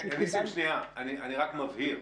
אני מבהיר.